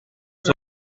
solo